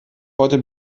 heute